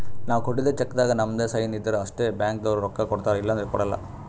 ನಾವ್ ಕೊಟ್ಟಿದ್ದ್ ಚೆಕ್ಕ್ದಾಗ್ ನಮ್ ಸೈನ್ ಇದ್ರ್ ಅಷ್ಟೇ ಬ್ಯಾಂಕ್ದವ್ರು ರೊಕ್ಕಾ ಕೊಡ್ತಾರ ಇಲ್ಲಂದ್ರ ಕೊಡಲ್ಲ